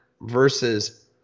versus